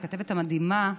הכתבת המדהימה,